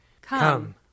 Come